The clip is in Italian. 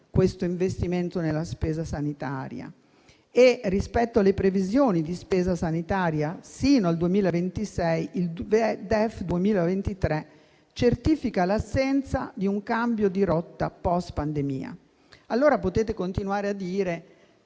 l'investimento nella spesa sanitaria e, rispetto alle previsioni di spesa sanitaria sino al 2026, il DEF 2023 certifica l'assenza di un cambio di rotta *post* pandemia. Potete continuare a dire